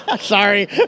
Sorry